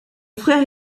frère